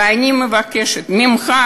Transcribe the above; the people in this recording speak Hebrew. ואני מבקשת ממך,